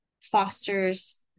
fosters